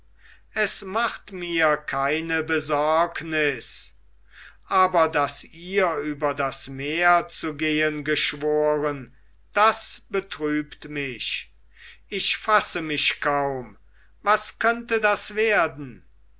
es macht mir keine besorgnis aber daß ihr über das meer zu gehen geschworen das betrübt mich ich fasse mich kaum was könnte das werden